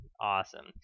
Awesome